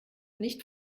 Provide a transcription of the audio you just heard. nicht